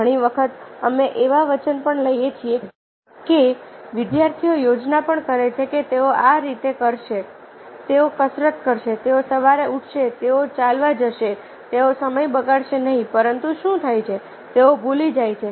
ઘણી વખત અમે એવા વચનો પણ લઈએ છીએ કે વિદ્યાર્થીઓ યોજના પણ કરે છે કે તેઓ આ રીતે કરશે તેઓ કસરત કરશે તેઓ સવારે ઉઠશે તેઓ ચાલવા જશે તેઓ સમય બગાડશે નહીં પરંતુ શું થાય છે તેઓ ભૂલી જાય છે